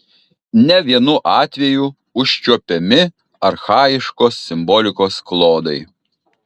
ne vienu atveju užčiuopiami archaiškos simbolikos klodai